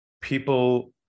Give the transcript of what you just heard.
People